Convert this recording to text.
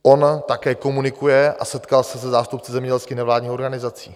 On také komunikuje a setkal se se zástupci zemědělských nevládních organizací.